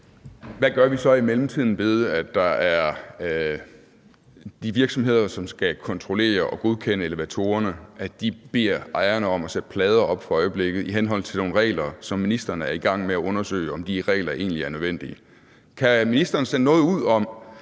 Hvad gør vi så i mellemtiden ved, at de virksomheder, som skal kontrollere og godkende elevatorer, beder ejerne om at sætte plader op for øjeblikket i henhold til nogle regler, som ministeren er i gang med at undersøge om egentlig er nødvendige? Kan ministeren sende noget ud om,